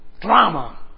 Drama